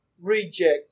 reject